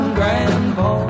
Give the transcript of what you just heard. grandpa